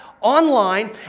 online